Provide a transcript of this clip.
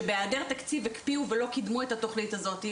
שבהעדר תקציב הקפיאו ולא קידמו את התוכנית הזאת.